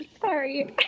Sorry